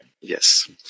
Yes